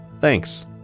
Thanks